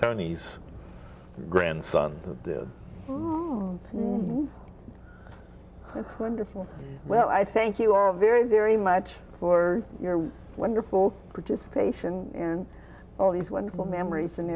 townies grandson that's wonderful well i thank you all very very much for your wonderful participation and all these wonderful memories and